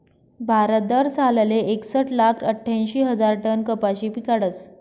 भारत दरसालले एकसट लाख आठ्यांशी हजार टन कपाशी पिकाडस